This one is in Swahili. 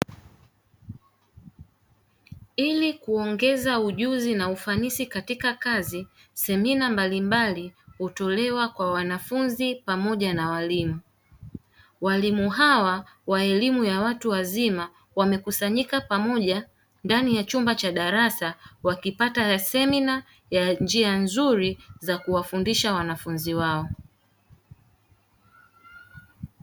Ili kuongeza ujuzi na ufanisi katika kazi semina mbalimbali hutolewa kwa wanafunzi pamoja na walimu. Walimu hawa wa elimu ya watu wazima wamekusanyika pamoja ndani ya chumba cha darasa, wakipata semina ya njia nzuri za kuwafundisha wanafunzi wao.